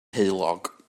heulog